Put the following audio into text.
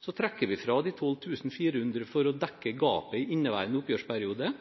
Så trekker vi fra de 12 400 kr for å dekke gapet i inneværende oppgjørsperiode.